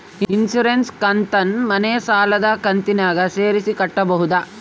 Insurance ಕಂತನ್ನ ಮನೆ ಸಾಲದ ಕಂತಿನಾಗ ಸೇರಿಸಿ ಕಟ್ಟಬೋದ?